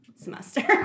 semester